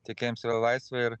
tiekėjams yra laisva ir